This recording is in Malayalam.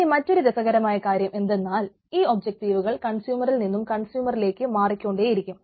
ഇനി മറ്റൊരു രസകരമായ കാര്യം ഏന്താണെന്നാൽ ഈ ഒബ്ജക്ററിവുകൾ കൺസ്യൂമറിൽ നിന്നും കൺസ്യൂമറിലേക്ക് മാറിക്കൊണ്ടേയിരിക്കും